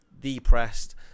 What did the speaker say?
depressed